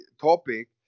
topic